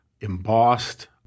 embossed